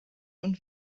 und